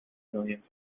millions